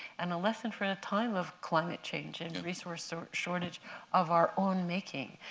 and a lesson for a time of climate change and resource so shortage of our own making,